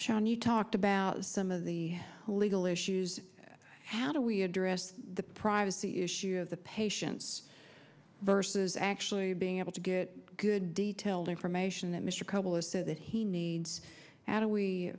shown you talked about some of the legal issues how do we address the privacy issue of the patients versus actually being able to get good detailed information that mr kobler so that he needs how do we